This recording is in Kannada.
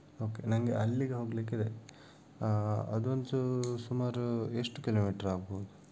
ಓಕೆ ನನಗೆ ಅಲ್ಲಿಗೆ ಹೋಗಲಿಕ್ಕಿದೆ ಅದು ಒಂಚೂರು ಸುಮಾರು ಎಷ್ಟು ಕಿಲೋಮೀಟರ್ ಆಗಬಹುದು